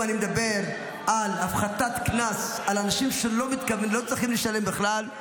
בהחלט אנחנו צריכים לשמור על דמוקרטיה,